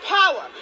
power